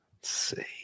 see